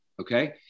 okay